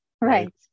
Right